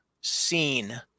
seen